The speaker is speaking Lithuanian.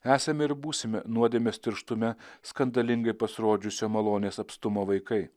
esame ir būsime nuodėmės tirštume skandalingai pasirodžiusio malonės apstumo vaikai